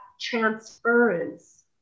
transference